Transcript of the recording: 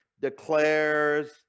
declares